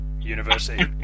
University